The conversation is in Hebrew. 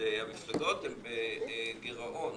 המפלגות הן בגירעון.